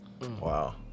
Wow